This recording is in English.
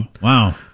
Wow